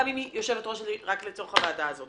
גם אם היא יושבת-ראש רק לצורך הוועדה הזו.